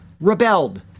rebelled